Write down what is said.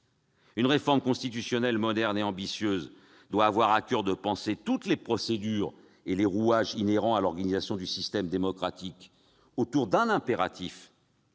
Une réforme constitutionnelle moderne et ambitieuse doit avoir à coeur de penser toutes les procédures et tous les rouages inhérents à l'organisation du système démocratique, autour d'un impératif